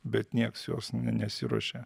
bet nieks jos ne nesiruošia